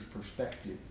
perspective